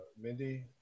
Mindy